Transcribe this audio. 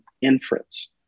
inference